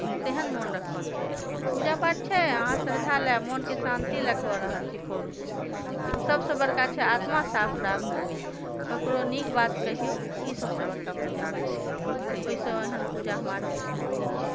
आओर तेहन मोन रखबाके चाही पूजा पाठ छै अहाँ श्रद्धालए मोनके शान्तिलए कऽ रहल छी करू लेकिन सबसँ बड़का छै आत्मा साफ राखू ककरो नीक बात कहिऔ ई सबसँ बड़का पूजा होइ छै ओहिसँ एहन पूजा हम आओर किछु नहि बुझै छिए